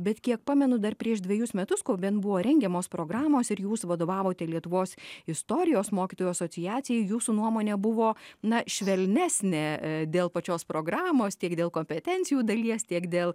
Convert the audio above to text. bet kiek pamenu dar prieš dvejus metus kol bent buvo rengiamos programos ir jūs vadovavote lietuvos istorijos mokytojų asociacijai jūsų nuomonė buvo na švelnesnė dėl pačios programos tiek dėl kopetencijų dalies tiek dėl